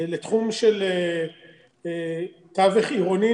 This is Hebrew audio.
לתחום של תווך עירוני,